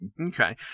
Okay